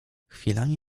chwilami